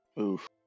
Oof